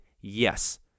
Yes